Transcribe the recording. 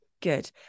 good